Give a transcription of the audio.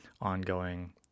ongoing